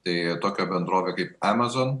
tai tokia bendrovė kaip amazon